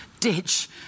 ditch